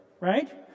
right